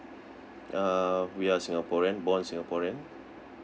uh we are singaporean born in singaporean